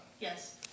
Yes